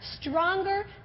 stronger